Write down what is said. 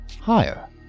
Higher